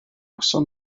noson